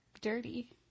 dirty